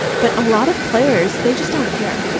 but a lot of players, they just don't care.